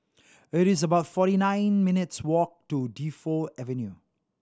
it is about forty nine minutes' walk to Defu Avenue